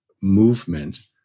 movement